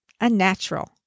unnatural